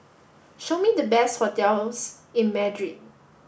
show me the best hotels in Madrid